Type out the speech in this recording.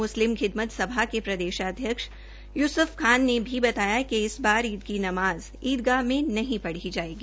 मुस्लिम खिदमद सभा के प्रदेशाध्यक्ष युसुफ खान ने बताया कि इस बार नमाज ईदगाह में नहीं पढ़ी जायेगी